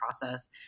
process